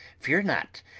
fear not,